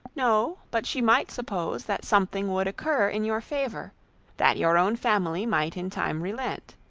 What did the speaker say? no but she might suppose that something would occur in your favour that your own family might in time relent.